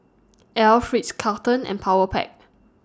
Alf Ritz Carlton and Powerpac